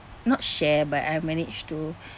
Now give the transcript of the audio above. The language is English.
not share but I've managed to